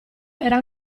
era